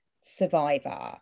survivor